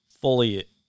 fully